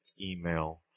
email